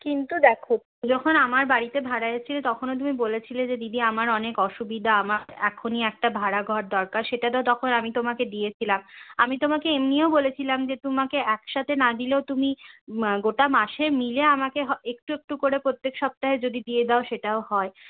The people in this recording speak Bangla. কিন্তু দেখো তুমি যখন আমার বাড়িতে ভাড়া এসেছিলে তখনও তুমি বলেছিলে যে দিদি আমার অনেক অসুবিধা আমার এখনই একটা ভাড়া ঘর দরকার সেটা তো তখন আমি তোমাকে দিয়েছিলাম আমি তোমাকে এমনিও বলেছিলাম যে তোমাকে একসাথে না দিলেও তুমি গোটা মাসে মিলে আমাকে হয় একটু একটু করে প্রত্যেক সপ্তাহে যদি দিয়ে দাও সেটাও হয়